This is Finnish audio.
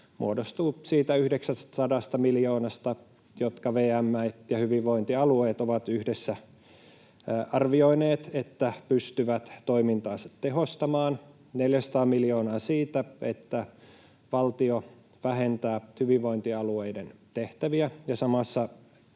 muodostuu siitä 900 miljoonasta, jonka verran VM ja hyvinvointialueet ovat yhdessä arvioineet, että pystyvät toimintaansa tehostamaan: 400 miljoonaa siitä, että valtio vähentää hyvinvointialueiden tehtäviä ja samassa